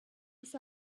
ist